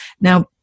now